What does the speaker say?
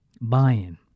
buying